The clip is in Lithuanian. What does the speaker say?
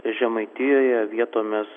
žemaitijoje vietomis